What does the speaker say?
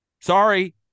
Sorry